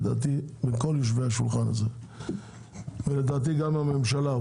לדעתי בין כל היושבים סביב השולחן הזה וגם בקרב הממשלה.